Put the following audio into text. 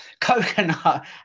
coconut